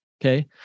Okay